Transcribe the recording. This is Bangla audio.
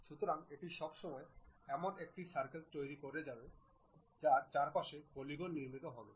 সুতরাং এটি সবসময় এমন একটি সার্কেল তৈরি করে যার চারপাশে পলিগন নির্মিত হবে